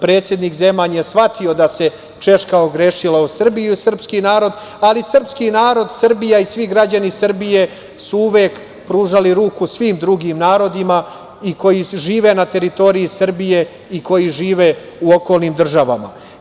Predsednik Zeman je shvatio da se Češka ogrešila o Srbiju i sprski narod, ali srpski narod, Srbija i svi građani Srbije su uvek pružali ruku svim drugim narodima i koji žive na teritoriji Srbije i koji žive u okolnim državama.